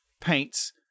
paints